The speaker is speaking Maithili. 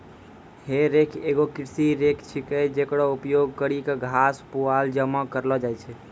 हे रेक एगो कृषि रेक छिकै, जेकरो उपयोग करि क घास, पुआल जमा करलो जाय छै